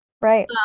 Right